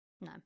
No